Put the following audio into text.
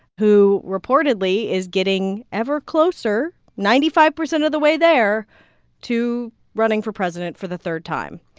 who reportedly is getting ever closer ninety five percent of the way there to running for president for the third time.